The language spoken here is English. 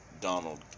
Donald